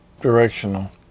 directional